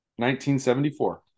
1974